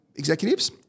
Executives